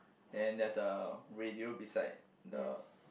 then there's a radio beside the